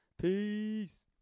Peace